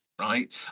right